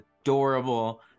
adorable